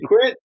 quit